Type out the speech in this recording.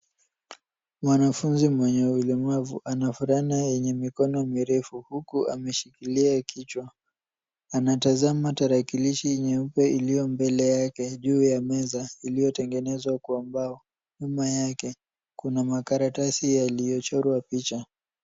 Mwanafunzi mwenye ulemavu anafulana yenye mikono mirefu huku ameshikilia kichwa. Anatazama tarakilishi nyeupe iliyo mbele yake, juu ya meza iliyotengenezwa kwa mbao. Nyuma yake, kuna makaratasi yaliyochorwa picha.